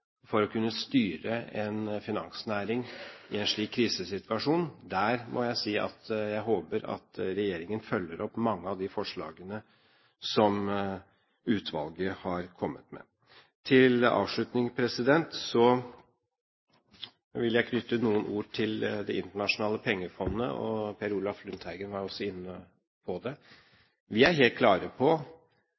for å kunne styre en finansnæring i en slik krisesituasjon. Der må jeg si at jeg håper regjeringen følger opp mange av de forslagene som utvalget har kommet med. Til avslutning vil jeg knytte noen ord til Det internasjonale pengefondet – Per Olaf Lundteigen var også inne på det. Vi er helt klare på